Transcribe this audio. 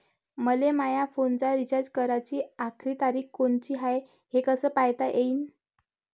मले माया फोनचा रिचार्ज कराची आखरी तारीख कोनची हाय, हे कस पायता येईन?